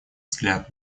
взгляд